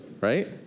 right